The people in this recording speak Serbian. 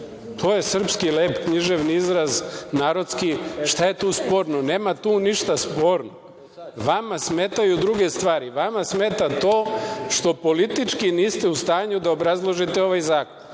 To je srpski lep književni izraz, narodski. Šta je tu sporno. Nema tu ništa sporno. Vama smetaju druge stvari. Vama smeta to što politički niste u stanju da obrazložite ovaj zakon